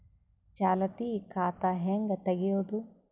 ಚಾಲತಿ ಖಾತಾ ಹೆಂಗ್ ತಗೆಯದು?